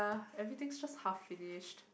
everything just half finished